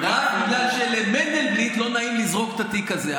רק בגלל שלמנדלבליט לא נעים לזרוק את התיק הזה.